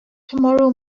tomorrow